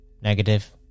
Negative